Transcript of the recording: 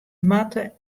moatte